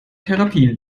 therapien